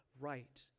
right